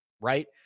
right